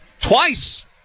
Twice